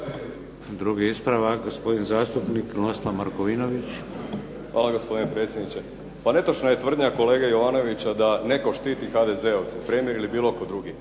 Drugi ispravak. Gospodin zastupnik Krunoslav Markovinović. **Markovinović, Krunoslav (HDZ)** Hvala, gospodine predsjedniče. Pa netočna je tvrdnja kolege Jovanovića da netko štiti HDZ-ovce, premijer ili bilo tko drugi.